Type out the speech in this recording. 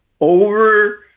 over